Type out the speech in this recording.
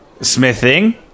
Smithing